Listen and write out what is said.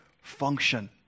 function